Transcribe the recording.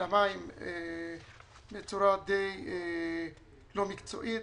למים בצורה די לא מקצועית.